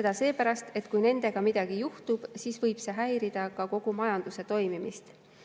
Seda seepärast, et kui nendega midagi juhtub, siis võib see häirida kogu majanduse toimimist,